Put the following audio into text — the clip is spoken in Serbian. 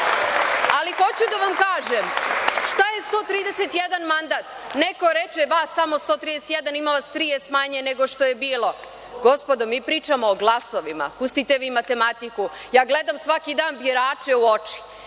131.Hoću da vam kažem, šta je 131 mandat. Neko reče – vas samo 131, ima vas 30 manje nego što je bilo. Gospodo, mi pričamo o glasovima, pustite vi matematiku. Ja gledam svaki dan birače u oči,